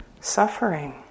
suffering